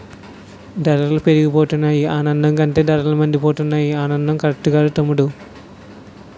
ధరలు పెరిగిపోతున్నాయి అనడం కంటే ధరలు మండిపోతున్నాయ్ అనడం కరెక్టురా తమ్ముడూ